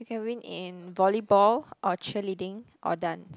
you can win in volleyball or cheerleading or dance